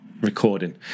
recording